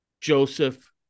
Joseph